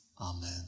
Amen